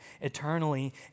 eternally